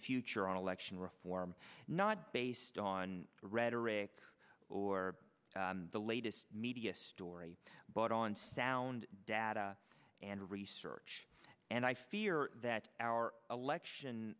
future on election reform not based on rhetoric or the latest media story but on sound data and research and i fear that our election